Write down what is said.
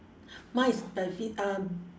mine is bife~ um